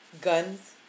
guns